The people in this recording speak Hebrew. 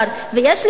יש לי שמות,